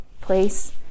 place